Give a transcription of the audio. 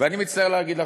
ואני מצטער להגיד לך,